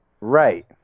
Right